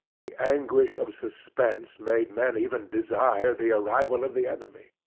the anguish of suspense made men even desire the arrival of the enemy.